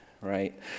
right